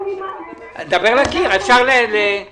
ובית